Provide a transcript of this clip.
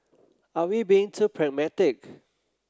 are we being too pragmatic